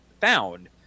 found